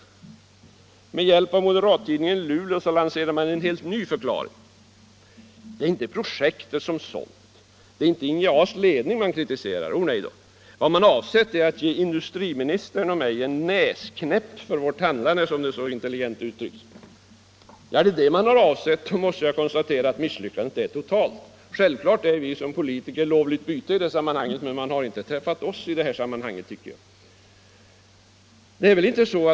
Med hjälp av moderattidningen i Luleå lanserar man en helt ny förklaring: Det är inte projektet som sådant, det är inte NJA:s ledning man kritiserar. O, nej då. Vad man har avsett är att ge industriministern och mig en ”näsknäpp” för vårt handlande, som det så intelligent uttrycks. Ja, är det vad man har avsett, då måste jag konstatera att misslyckandet är totalt. Självklart är vi som politiker lovligt byte, men man har inte träffat oss i detta sammanhang.